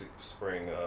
spring